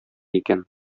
икән